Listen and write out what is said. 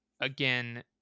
again